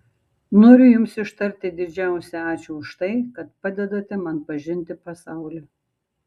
noriu jums ištarti didžiausią ačiū už tai kad padedate man pažinti pasaulį